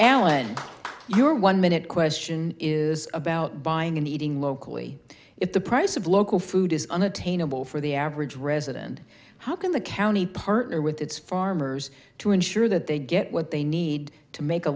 thank you one minute question is about buying and eating locally if the price of local food is unattainable for the average resident how can the county partner with its farmers to ensure that they get what they need to make a